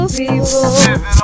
people